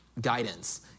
guidance